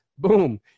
Boom